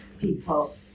people